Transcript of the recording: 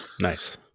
Nice